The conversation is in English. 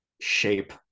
shape